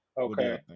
Okay